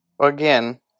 again